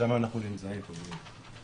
שם אנחנו נמצאים, חברים.